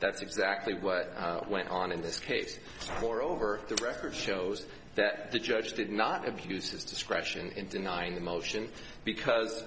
that's exactly what went on in this case or over the record shows that the judge did not abuse his discretion in denying the motion because